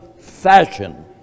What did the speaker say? fashion